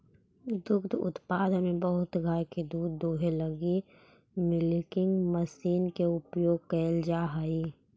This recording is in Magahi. दुग्ध उत्पादन में बहुत गाय के दूध दूहे लगी मिल्किंग मशीन के उपयोग कैल जा हई